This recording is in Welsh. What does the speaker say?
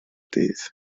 dydd